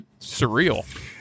surreal